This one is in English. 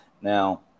Now